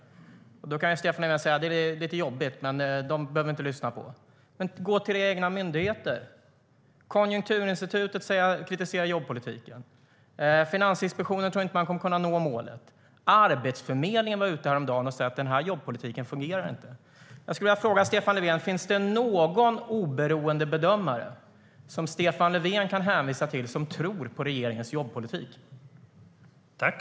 Då kan Stefan Löfven säga att det är lite jobbigt, men vi behöver inte lyssna på dem. Gå till era egna myndigheter, statsministern! Konjunkturinstitutet kritiserar jobbpolitiken. Finansinspektionen tror inte att regeringen kommer att kunna nå målet. Arbetsförmedlingen var ute häromdagen och sa att den förda jobbpolitiken inte fungerar. Jag skulle vilja fråga Stefan Löfven: Finns det någon oberoende bedömare som Stefan Löfven kan hänvisa till som tror på regeringens jobbpolitik?